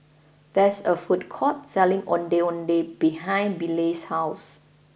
there is a food court selling Ondeh Ondeh behind Bilal's house